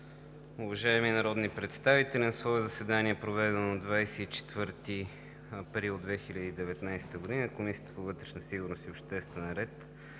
уважаеми народни представители! „На свое заседание, проведено на 24 април 2019 г., Комисията по вътрешна сигурност и обществен ред